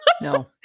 No